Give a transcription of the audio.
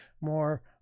more